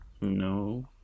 No